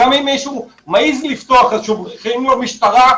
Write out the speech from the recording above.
גם אם מישהו מעז לפתוח, שולחים לו משטרה,